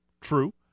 true